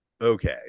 Okay